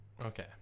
okay